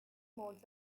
modes